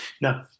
No